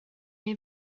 neu